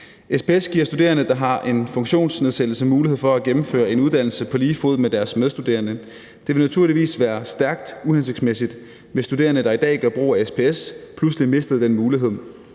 SPS giver studerende, der har en funktionsnedsættelse, mulighed for at gennemføre en uddannelse på lige fod med deres medstuderende. Det ville naturligvis være stærkt uhensigtsmæssigt, hvis studerende, der i dag gør brug af SPS, pludselig mistede den mulighed,